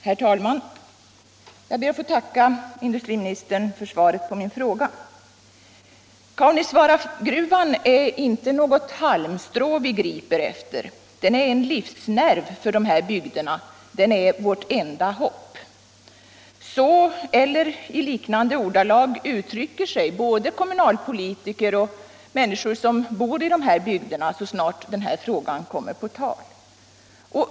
Herr talman! Jag ber att få tacka industriministern för svaret på min fråga. Kaunisvaaragruvan är inte något halmstrå vi griper efter. Den är en livsnerv för de här bygderna. Den är vårt enda hopp. Så, eller i liknande ordalag, uttrycker sig både kommunalpolitiker och människor som bor i de berörda bygderna så snart den här frågan kommer på tal.